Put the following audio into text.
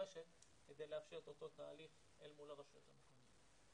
הנדרשת כדי לאפשר את אותו תהליך אל מול הרשויות המקומיות.